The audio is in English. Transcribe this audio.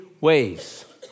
ways